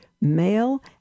male